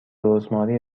رزماری